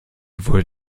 wurde